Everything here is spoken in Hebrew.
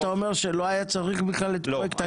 אתה אומר שלא היה צריך בכלל את פרויקט הגז?